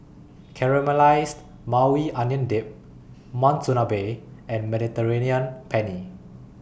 Caramelized Maui Onion Dip Monsunabe and Mediterranean Penne